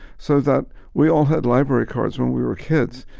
so that we all had library cards when we were kids.